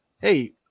hey